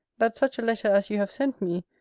that such a letter as you have sent me,